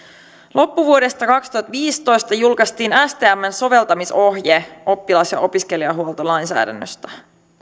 loppuvuodesta kaksituhattaviisitoista julkaistiin stmn soveltamisohje oppilas ja opiskelijahuoltolainsäädännöstä